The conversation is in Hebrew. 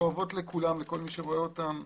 כואבות לכל מי שרואה אותן,